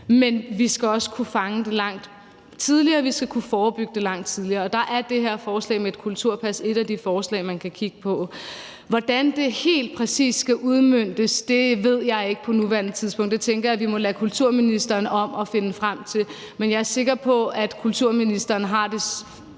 at vi også skal kunne fange det langt tidligere, vi skal kunne forebygge det langt tidligere, og der er det her forslag med et kulturpas et af de forslag, man kan kigge på. Hvordan det helt præcis skal udmøntes, ved jeg ikke på nuværende tidspunkt, men det tænker jeg vi må lade kulturministeren om at finde frem til, men jeg er sikker på, at kulturministeren har det,